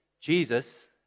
Jesus